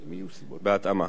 בהתאמה,